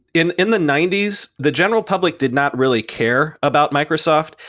in in the ninety s, the general public did not really care about microsoft,